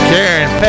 Karen